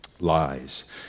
lies